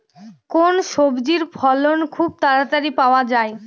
কোন সবজির ফলন খুব তাড়াতাড়ি পাওয়া যায়?